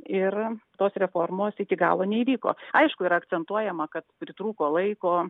ir tos reformos iki galo neįvyko aiškuyra akcentuojama kad pritrūko laiko